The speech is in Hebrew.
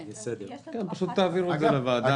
--- פשוט תעבירו את זה לוועדה.